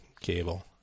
cable